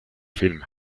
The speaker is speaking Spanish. filme